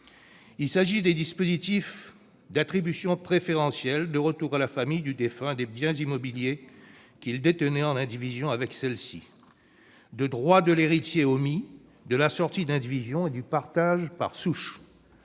Il s'agit des dispositifs d'attribution préférentielle, de retour à la famille du défunt des biens immobiliers qu'il détenait en indivision avec celle-ci, des droits de l'héritier omis, de la sortie d'indivision et du partage par souche.